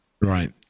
Right